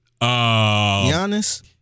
Giannis